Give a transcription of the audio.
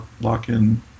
lock-in